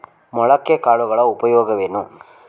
ಮೊಳಕೆ ಕಾಳುಗಳ ಉಪಯೋಗವೇನು?